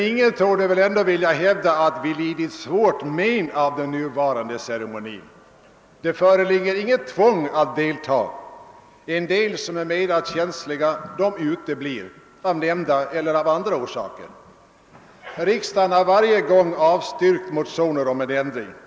Ingen torde dock vilja hävda att vi lidit svårt men av den nuvarande ordningen. Det föreligger inget tvång att deltaga; en del som är mera känsliga uteblir — av nämnda eller andra orsaker. Riksdagen har varje gång avvisat motioner om en ändring.